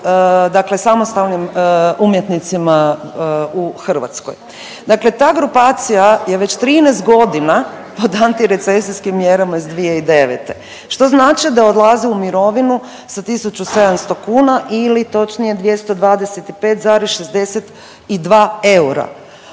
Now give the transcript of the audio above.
dakle samostalnim umjetnicima u Hrvatskoj. Dakle ta grupacija je već 13 godina pod antirecesijskim mjerama iz 2009., što znači da odlaze u mirovinu sa 1700 kuna ili točnije 225,62 eura.